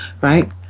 right